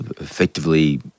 effectively